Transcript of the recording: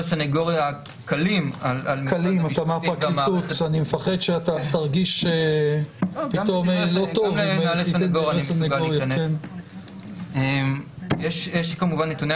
אני לא רוצה שתשתמע איזו הקלה אבל לכל מעשה רע יש דרגות